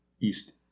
East